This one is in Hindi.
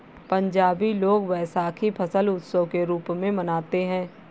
पंजाबी लोग वैशाखी फसल उत्सव के रूप में मनाते हैं